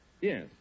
Yes